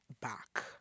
back